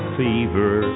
fever